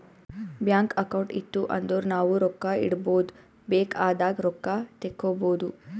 bank account ಇತ್ತು ಅಂದುರ್ ನಾವು ರೊಕ್ಕಾ ಇಡ್ಬೋದ್ ಬೇಕ್ ಆದಾಗ್ ರೊಕ್ಕಾ ತೇಕ್ಕೋಬೋದು